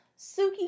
Suki